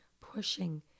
pushing